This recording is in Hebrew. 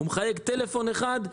הוא מחייג טלפון אחד,